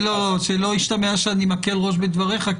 שלא ישתמע שאני מקל ראש בדבריך,